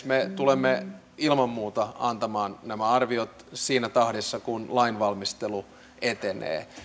me tulemme ilman muuta antamaan nämä arviot siinä tahdissa kun lainvalmistelu etenee